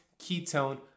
ketone